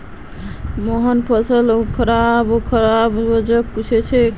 मोहन फसल खराब हबार वजह पुछले